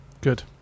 Good